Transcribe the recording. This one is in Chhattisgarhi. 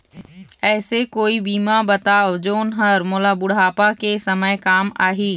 ऐसे कोई बीमा बताव जोन हर मोला बुढ़ापा के समय काम आही?